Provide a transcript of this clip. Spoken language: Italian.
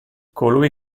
colui